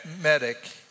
medic